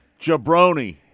Jabroni